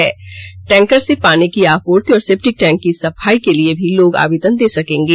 र्टैंकर से पानी की आपूर्ति और सेप्टिक टैंक की सफाई के लिए भी लोग आवेदन दे सकेंगे